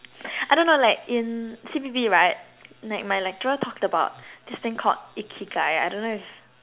I don't know like in C_P_B right like my lecturer talked about this thing called Ikigai I don't know if